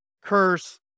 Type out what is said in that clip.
curse